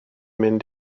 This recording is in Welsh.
mynd